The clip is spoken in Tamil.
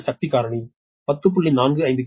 8 சக்தி காரணி 10